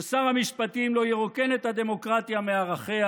ששר המשפטים לא ירוקן את הדמוקרטיה מערכיה,